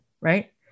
right